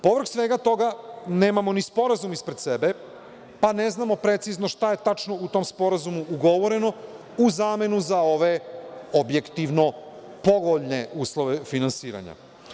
Povrh svega toga, nemamo ni sporazum ispred sebe, pa ne znamo precizno šta je tačno u tom sporazumu ugovoreno, u zamenu za ove objektivno povoljne uslove finansiranja.